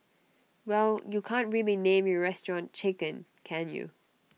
well you can't really name your restaurant chicken can you